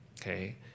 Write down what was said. Okay